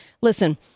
Listen